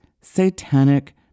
satanic